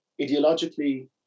ideologically